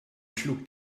schlug